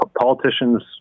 Politicians